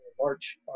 March